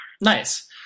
Nice